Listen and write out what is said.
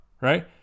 right